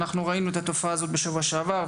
אנחנו ראינו את התופעה הזו בשבוע שעבר,